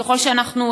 וככל שאנחנו,